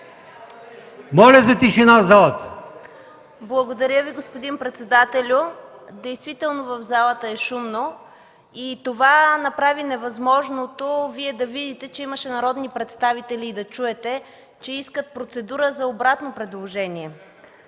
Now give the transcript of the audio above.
Моля за тишина в залата,